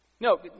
No